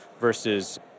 versus